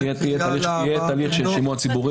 כן, יהיה תהליך של שימוע ציבורי.